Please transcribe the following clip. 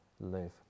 live